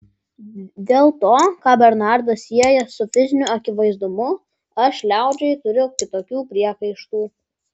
dėl to ką bernardas sieja su fiziniu akivaizdumu aš liaudžiai turiu kitokių priekaištų